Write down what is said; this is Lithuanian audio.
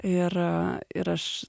ir ir aš